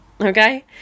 okay